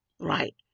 right